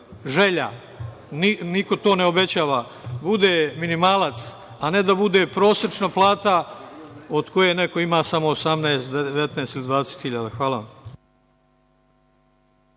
želja, niko to ne obećava, bude minimalac, a ne da bude prosečna plata od koje neko ima samo 18, 19 ili 20.000. Hvala vam.